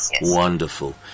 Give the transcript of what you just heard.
wonderful